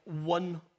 one